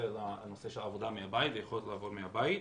לנושא של עבודה מהבית והיכולת לעבוד מהבית.